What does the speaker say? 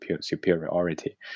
superiority